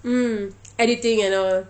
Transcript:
mm editing and all